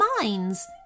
minds